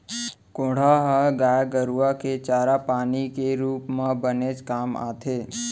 कोंढ़ा ह गाय गरूआ के चारा पानी के रूप म बनेच काम आथे